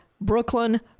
Brooklyn